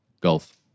Golf